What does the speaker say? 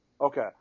Okay